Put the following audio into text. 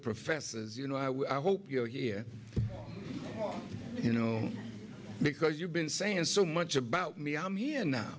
professors you know i would hope you're here you know because you've been saying so much about me i'm